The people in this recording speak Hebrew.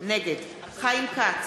נגד חיים כץ,